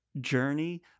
journey